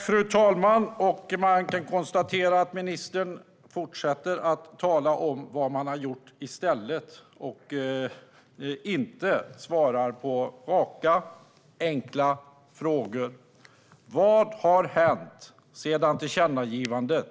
Fru talman! Ministern fortsätter att tala om vad man har gjort i stället. Han svarar inte på raka, enkla frågor. Vad har hänt sedan tillkännagivandet?